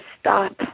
stop